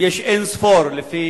יש אין-ספור לפי